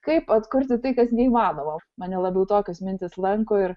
kaip atkurti tai kas neįmanoma mane labiau tokios mintys lanko ir